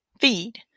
Feed